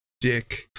dick